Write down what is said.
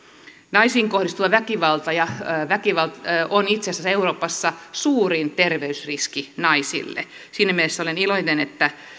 naisiin kohdistuva väkivalta on itse asiassa euroopassa suurin terveysriski naisille siinä mielessä olen iloinen